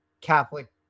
Catholic